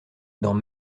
dans